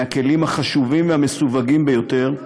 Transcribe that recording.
מהכלים החשובים ומהמסווגים ביותר,